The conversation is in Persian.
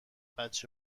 بچه